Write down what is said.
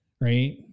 right